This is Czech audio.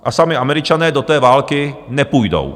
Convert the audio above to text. A sami Američané do té války nepůjdou.